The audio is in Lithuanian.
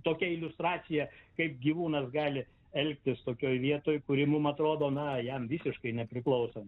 tokia iliustracija kaip gyvūnas gali elgtis tokioj vietoj kuri mum atrodo na jam visiškai nepriklauso